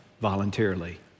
voluntarily